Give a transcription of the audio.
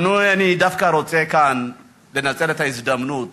אני דווקא רוצה כאן לנצל את ההזדמנות